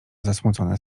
zasmucone